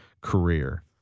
career